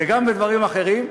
וגם בדברים אחרים.